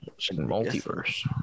Multiverse